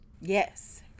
yes